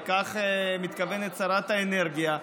לכך מתכוונת שרת האנרגיה.